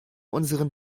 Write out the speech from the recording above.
unseren